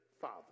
father